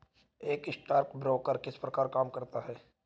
एक स्टॉकब्रोकर किस प्रकार का काम करता है?